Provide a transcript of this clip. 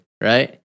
Right